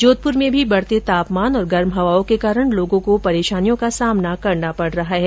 जोधपुर में भी बढते तापमान और गर्म हवाओं के कारण लोगों को परेशानियों का सामना करना पड रहा है